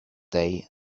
day